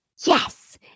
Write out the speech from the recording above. Yes